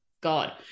God